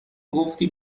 گفتی